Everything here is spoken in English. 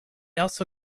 also